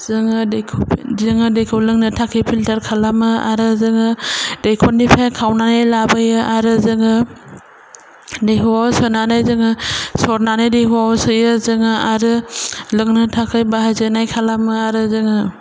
जोङो दैखौ जोङो दैखौ लोंनो थाखाय फिलथार खालामो आरो जोङो दैखरनिफ्राय खावनानै लाबोयो आरो जोङो दैहुआव सोनानै जोङो सरनानै दैहुआव सोयो जोङो आरो लोंनो थाखाय बाहायजानाय खालामनो आरो जोङो